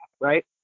right